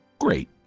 Great